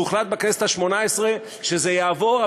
והוחלט בכנסת השמונה-עשרה שזה יעבור,